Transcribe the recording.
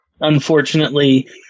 unfortunately